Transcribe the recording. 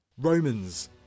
Romans